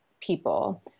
people